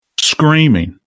screaming